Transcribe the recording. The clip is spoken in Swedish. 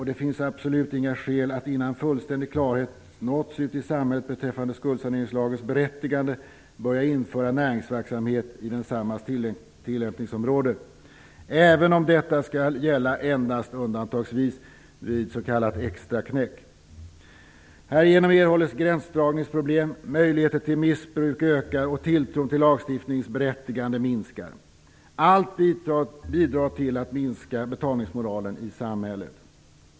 Det finns absolut inga skäl att, innan fullständig klarhet nåtts ute i samhället beträffande skuldsaneringslagens berättigande, börja införa näringsverksamhet i densammas tillämpningsområde, även om detta skall gälla endast undantagsvis vid s.k. extraknäck. Härigenom erhålls gränsdragningsproblem, möjligheter till missbruk ökar och tilltron till lagstiftningens berättigande minskar. Allt detta bidrar till att minska betalningsmoralen i samhället.